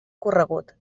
corregut